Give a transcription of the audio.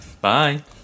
bye